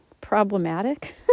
problematic